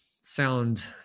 sound